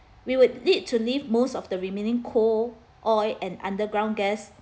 we would need to leave most of the remaining coal oil and underground gas